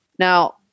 Now